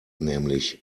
nämlich